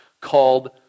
called